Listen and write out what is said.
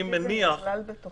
לדעתי, זה נכלל בתוך זה.